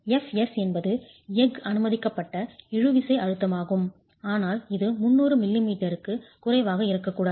fs என்பது எஃகு அனுமதிக்கப்பட்ட இழுவிசை அழுத்தமாகும் ஆனால் இது 300 மிமீக்கு குறைவாக இருக்கக்கூடாது